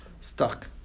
stuck